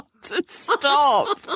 stop